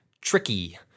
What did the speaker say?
tricky